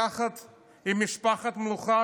יחד עם משפחת המלוכה,